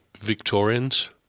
Victorians